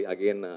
Again